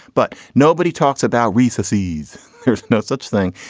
but nobody talks about recesses. there's no such thing.